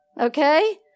okay